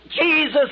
Jesus